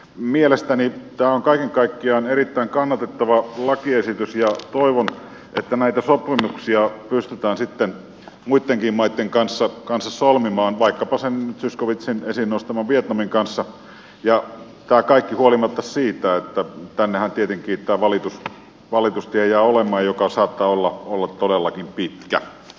mielestäni tämä on kaiken kaikkiaan erittäin kannatettava lakiesitys ja toivon että näitä sopimuksia pystytään sitten muittenkin maitten kanssa solmimaan vaikkapa zyskowiczin esiin nostaman vietnamin kanssa ja tämä kaikki huolimatta siitä että tännehän tietenkin jää olemaan tämä valitustie joka saattaa olla todellakin pitkä